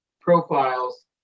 profiles